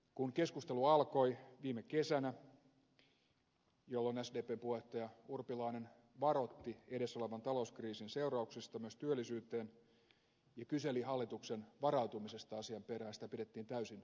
kun keskustelu alkoi viime kesänä ja sdpn puheenjohtaja urpilainen varoitti edessä olevan talouskriisin seurauksista myös työllisyyteen ja kyseli hallituksen varautumisesta asiaan sitä pidettiin täysin asiattomana